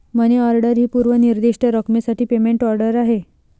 मनी order ही पूर्व निर्दिष्ट रकमेसाठी पेमेंट ऑर्डर आहे